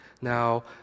Now